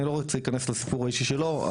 אני לא רוצה להיכנס לסיפור האישי שלו,